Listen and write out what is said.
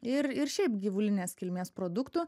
ir ir šiaip gyvulinės kilmės produktų